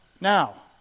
Now